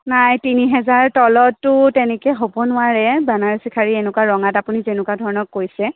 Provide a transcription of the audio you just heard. নাই তিনিহাজাৰ তলতটো তেনেকে হ'ব নোৱাৰে বানাৰসী শাড়ী এনেকুৱা ৰঙাত আপুনি যেনেকুৱা ধৰণৰ কৈছে